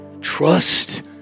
Trust